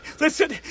listen